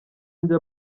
njya